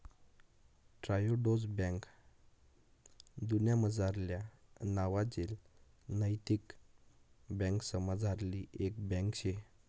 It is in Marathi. ट्रायोडोस बैंक दुन्यामझारल्या नावाजेल नैतिक बँकासमझारली एक बँक शे